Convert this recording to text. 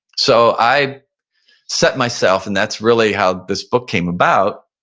so i set myself, and that's really how this book came about,